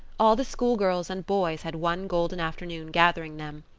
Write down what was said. all the school girls and boys had one golden afternoon gathering them,